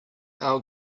our